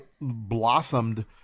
blossomed